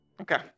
Okay